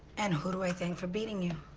and who do i think for beating you?